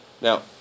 Now